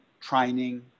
training